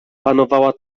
panowała